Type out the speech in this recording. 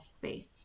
faith